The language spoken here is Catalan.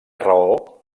raó